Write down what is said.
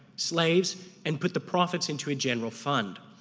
slaves and put the profits into general fund.